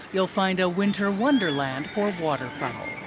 you'll find a winter wonderland for waterfowl.